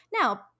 Now